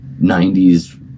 90s